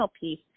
piece